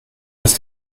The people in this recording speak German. des